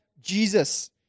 Jesus